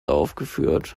aufgeführt